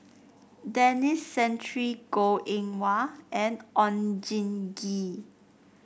Denis Santry Goh Eng Wah and Oon Jin Gee